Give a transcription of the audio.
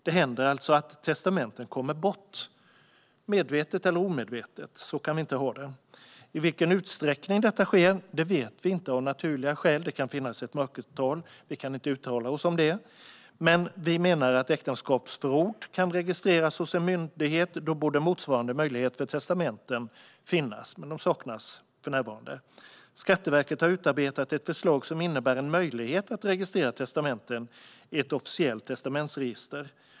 Det händer alltså att testamenten kommer bort - medvetet eller omedvetet. Så kan vi inte ha det. I vilken utsträckning detta sker vet vi av naturliga skäl inte. Det kan finnas ett mörkertal; vi kan inte uttala oss om det. Men vi menar att eftersom ett äktenskapsförord kan registreras hos en myndighet borde motsvarande möjlighet finnas för testamenten. En sådan möjlighet saknas för närvarande. Skatteverket har utarbetat ett förslag som innebär en möjlighet att registrera testamenten i ett officiellt testamentsregister.